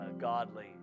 godly